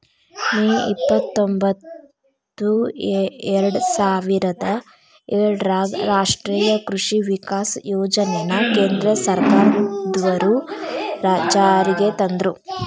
ಮೇ ಇಪ್ಪತ್ರೊಂಭತ್ತು ಎರ್ಡಸಾವಿರದ ಏಳರಾಗ ರಾಷ್ಟೇಯ ಕೃಷಿ ವಿಕಾಸ ಯೋಜನೆನ ಕೇಂದ್ರ ಸರ್ಕಾರದ್ವರು ಜಾರಿಗೆ ತಂದ್ರು